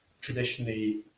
traditionally